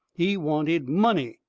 he wanted money,